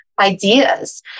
ideas